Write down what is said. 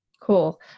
Cool